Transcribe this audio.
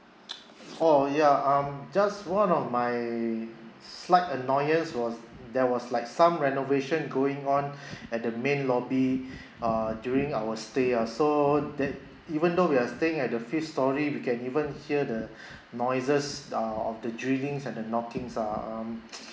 oh ya um just one of my slight annoyers was there was like some renovation going on at the main lobby uh during our stay ah so that even though we are staying at the fifth storey we can even hear the noises uh of the drillings and the knockings ah um